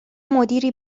مدیری